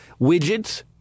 widgets